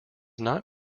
not